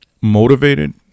motivated